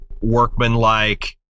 workmanlike